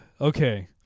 okay